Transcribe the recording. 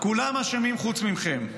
כולם אשמים חוץ מכם,